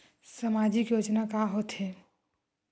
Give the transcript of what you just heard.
सामाजिक योजना का होथे?